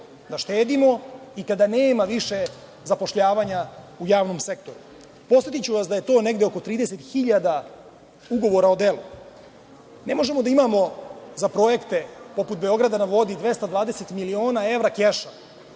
da štedimo i kada nema više zapošljavanja u javnom sektoru. Podsetiću vas da je to negde oko 30 hiljada ugovora o delu. Ne možemo da imamo za projekte poput „Beograda na vodi“ 220 miliona evra keša